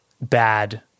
bad